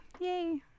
Yay